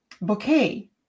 bouquet